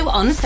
on